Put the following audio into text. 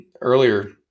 earlier